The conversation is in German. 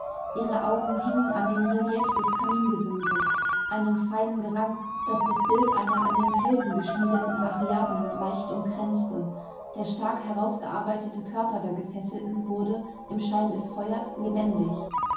ihre augen hingen an dem relief des kamingesimses einem feinen gerank das das bild einer an den felsen geschmiedeten ariadne leicht umkränzte der stark herausgearbeitete körper der gefesselten wurde im schein des feuers lebendig